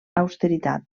austeritat